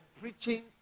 preaching